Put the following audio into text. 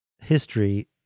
history